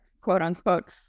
quote-unquote